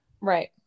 Right